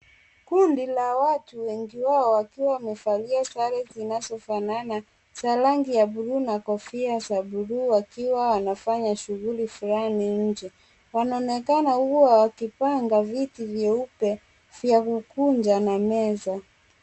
Kundi la watu wengi wao wakiwa wamevalia sare zinazofanana za rangi ya buluu na kofia za buluu wakiwa wanafanya shughuli fulani nje wanaonekana kuwa wakipanga viti vieupe vya kukunja na meza.